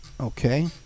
okay